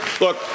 Look